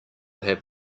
have